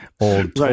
old